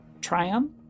Triumph